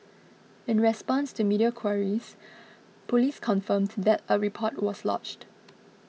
in response to media queries Police confirmed that a report was lodged